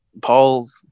Paul's